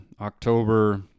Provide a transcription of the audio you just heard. October